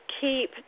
keep